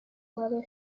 movie